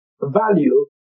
value